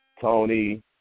Tony